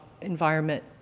environment